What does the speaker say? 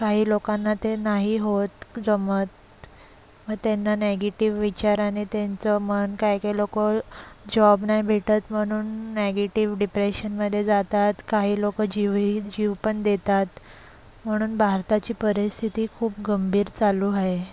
काही लोकांना ते नाही होत जमत मग त्यांना नेगेटिव विचाराने त्यांचं मन काय काय लोक जॉब नाही भेटत म्हणून नेगेटिव डिप्रेशनमध्ये जातात काही लोक जीवही जीव पण देतात म्हणून भारताची परिस्थिती खूप गंभीर चालू आहे